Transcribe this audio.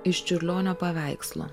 iš čiurlionio paveikslo